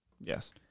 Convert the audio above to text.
Yes